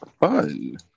fun